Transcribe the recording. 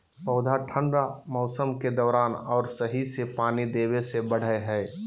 पौधा ठंढा मौसम के दौरान और सही से पानी देबे से बढ़य हइ